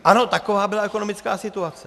Ano, taková byla ekonomická situace.